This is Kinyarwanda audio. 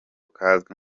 kazwi